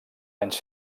anys